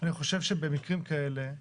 אני חושב שבמקרים כאלה,